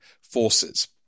forces